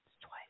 Twice